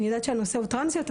אני יודעת שהנושא הוא טראנסיות,